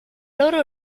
loro